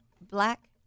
black